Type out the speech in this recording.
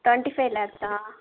twenty five lakhs